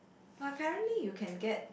apparently you can get